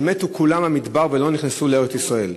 ומתו כולם במדבר ולא נכנסו לארץ-ישראל,